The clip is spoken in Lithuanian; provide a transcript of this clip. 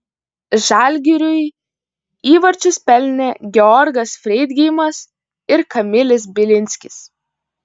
žalgiriui įvarčius pelnė georgas freidgeimas ir kamilis bilinskis